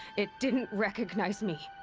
it didn't recognize me!